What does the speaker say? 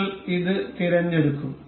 നിങ്ങൾ ഇത് തിരഞ്ഞെടുക്കും